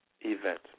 event